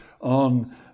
on